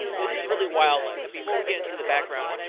this is really wild. like before we get into the background,